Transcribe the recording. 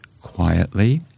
quietly